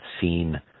seen